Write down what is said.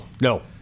No